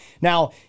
Now